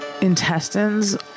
intestines